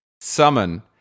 summon